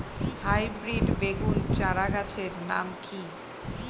Hybrid বেগুন চারাগাছের নাম কি?